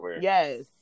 Yes